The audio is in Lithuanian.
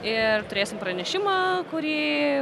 ir turėsim pranešimą kurį